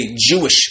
Jewish